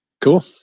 cool